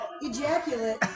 ejaculate